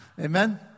Amen